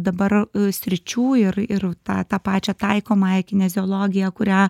dabar sričių ir ir tą tą pačią taikomąją kineziologiją kurią